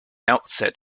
outset